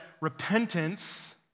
repentance